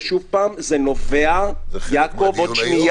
ושוב זה נובע -- -סבלנות,